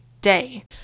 day